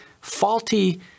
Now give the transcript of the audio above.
faulty